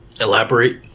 Elaborate